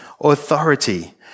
authority